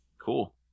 Cool